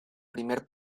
primer